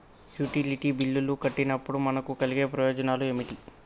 Utility బిల్లులు కట్టినప్పుడు మనకు కలిగే ప్రయోజనాలు ఏమిటి?